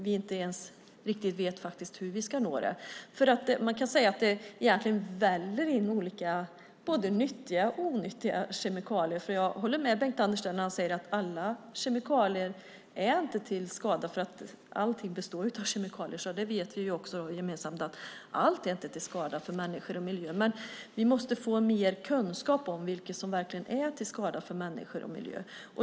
Vi vet faktiskt inte ens riktigt hur vi ska nå det. Man kan säga att det väller in både nyttiga och onyttiga kemikalier. Jag håller med Bengt-Anders när han säger att inte alla kemikalier är till skada. Allt består ju av kemikalier. Vi vet ju båda att inte allt är till skada för människor och miljö, men vi måste få mer kunskap om vad som verkligen är till skada för människor och miljö.